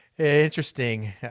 Interesting